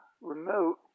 remote